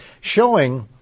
showing